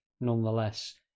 Nonetheless